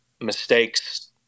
mistakes